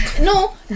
No